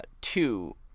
Two